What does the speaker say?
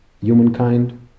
humankind